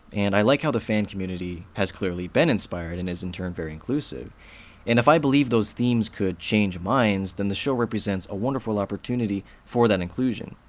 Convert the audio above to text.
and i like how the fan community has clearly been inspired, and is in turn inclusive. and if i believe those themes could change minds, then the show represents a wonderful opportunity for that inclusion.